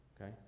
okay